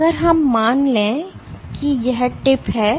तो अगर हम मान लें कि यह टिप है